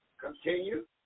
continue